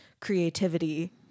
creativity